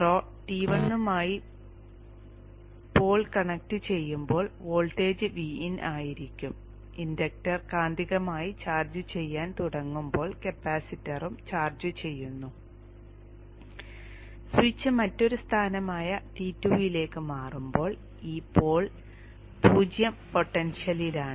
throw T1 മായി pole connect ചെയ്യുമ്പോൾ voltage Vin ആയിരിക്കും ഇൻഡക്ടർ കാന്തികമായി ചാർജുചെയ്യാൻ തുടങ്ങുമ്പോൾ കപ്പാസിറ്ററും ചാർജുചെയ്യുന്നു സ്വിച്ച് മറ്റൊരു സ്ഥാനമായ T2 വിലേക്ക് മാറുമ്പോൾ ഈ പോൾ 0 പൊട്ടൻഷ്യലിലാണ്